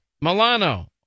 Milano